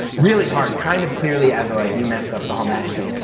really hard, kind of clearly as a like you messed up the whole match thing,